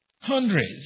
hundreds